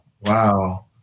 Wow